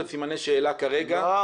סימני שאלה כרגע לבין המשטרה כולה.